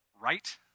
Right